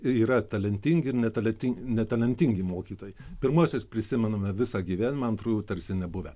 yra talentingi ir netalentin netalentingi mokytojai pirmuosius prisimename visą gyvenimą antrųjų tarsi nebuvę